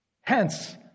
Hence